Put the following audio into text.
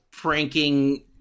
pranking